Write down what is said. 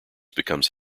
becomes